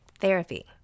Therapy